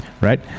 right